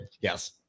Yes